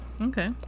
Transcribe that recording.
Okay